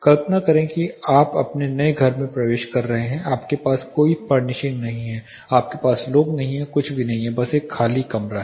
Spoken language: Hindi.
कल्पना करें कि आप अपने नए घर में प्रवेश कर रहे हैं आपके पास कोई फर्निशिंग नहीं है आपके पास लोग नहीं हैं कुछ भी नहीं है बस एक खाली कमरा है